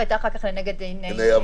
ואחר כך לעיני ועדת החוקה.